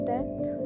Death